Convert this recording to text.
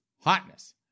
hotness